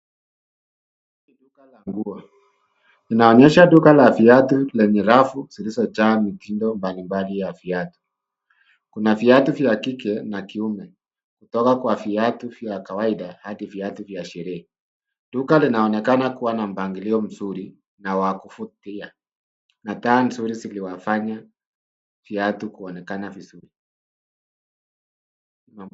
Hili ni duka la nguo zinaonyesha duka la viatu lenye rafu zilizojaa mtindo mbalimbali ya viatu ,kuna viatu kila kike na kiume kutoka kwa viatu vya kawaida hadi viatu vya sherehe, duka linaonekana kuwa na mpangilio mzuri na wa kuvutia na taa nzuri ziliwafanya viatu kuonekana vizuri.